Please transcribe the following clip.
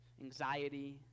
anxiety